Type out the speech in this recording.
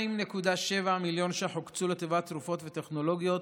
42.7 מיליון ש"ח הוקצו לטובת תרופות וטכנולוגיות